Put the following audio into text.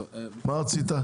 מה רצית?